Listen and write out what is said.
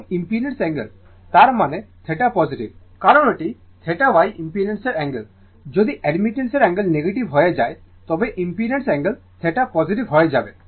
এবং ইম্পিডেন্সের অ্যাঙ্গেল তার মানে θ পজিটিভ কারণ এটি θ Y ইম্পিডেন্সের অ্যাঙ্গেল যদি অ্যাডমিটেন্সার অ্যাঙ্গেল নেগেটিভ হয়ে যায় তবে ইম্পিডেন্সের অ্যাঙ্গেল θ পজিটিভ হয়ে যাবে